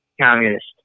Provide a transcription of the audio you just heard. Communist